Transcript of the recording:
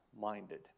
minded